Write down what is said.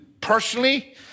personally